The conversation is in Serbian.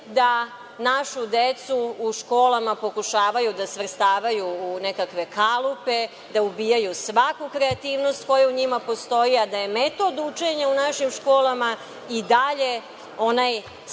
da našu decu u školama pokušavaju da svrstavaju u nekakve kalupe, da ubijaju svaku kreativnost koja u njima postoji, a da je metod učenja u našim školama i dalje onaj